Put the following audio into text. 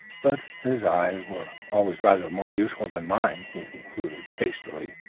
but his eyes were always rather more useful than mine, he concluded hastily.